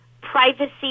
privacy